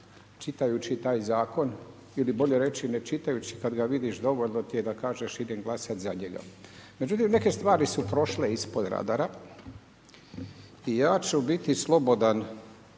čitajući taj Zakon ili bolje reći ne čitajući, kad ga vidiš dovoljno ti je da kažeš idem glasat za njega. Međutim, neke stvari su prošle ispod radara i ja ću biti slobodan